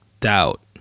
doubt